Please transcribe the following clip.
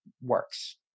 works